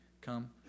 come